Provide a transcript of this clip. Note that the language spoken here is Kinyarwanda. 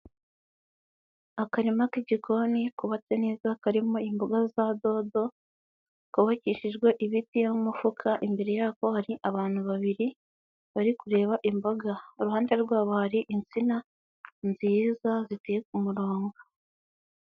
Akarima k'igikoni kubatse neza karimo imboga za dodo, kubakishijwe ibiti n'umufuka, imbere yako hari abantu babiri bari kureba imboga, iruhande rwabo hari insina nziza ziteye ku murongo.